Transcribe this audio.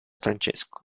francesco